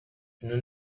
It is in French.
nous